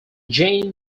jane